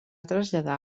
traslladar